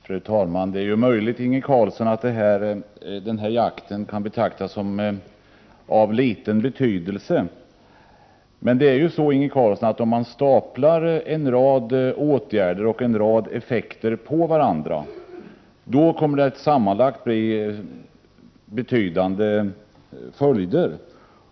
Fru talman! Det är möjligt, Inge Carlsson, att denna jakt kan anses vara av liten betydelse. När man staplar en rad åtgärder och effekter på varandra, blir det sammantaget betydande följder.